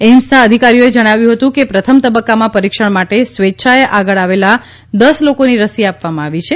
એઇમ્સના અધિકારીઓએ જણાવ્યું હતું કે પ્રથમ તબક્કામાં પરીક્ષણ માટે સ્વેચ્છાએ આગળ આવેલા દસ લોકોની રસી આપવામાં આવી છે